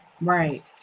Right